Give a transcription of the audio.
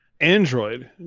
Android